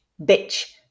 bitch